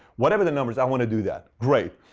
whatever the number is, i want to do that. great.